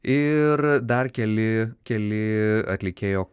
ir dar keli keli atlikėjo